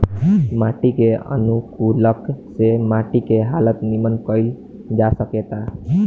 माटी के अनुकूलक से माटी के हालत निमन कईल जा सकेता